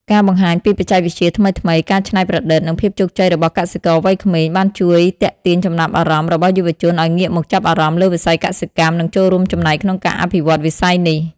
ការបង្ហាញពីបច្ចេកវិទ្យាថ្មីៗ ការច្នៃប្រឌិត និងភាពជោគជ័យរបស់កសិករវ័យក្មេង បានជួយទាក់ទាញចំណាប់អារម្មណ៍របស់យុវជនឲ្យងាកមកចាប់អារម្មណ៍លើវិស័យកសិកម្ម និងចូលរួមចំណែកក្នុងការអភិវឌ្ឍវិស័យនេះ។